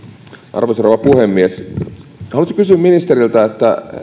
arvoisa rouva puhemies haluaisin kysyä ministeriltä